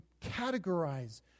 categorize